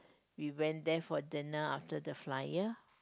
we went there for dinner after the flyer